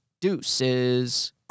Deuces